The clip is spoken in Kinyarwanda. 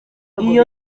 iyo